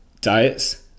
diets